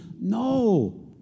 No